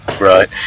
Right